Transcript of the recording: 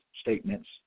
statements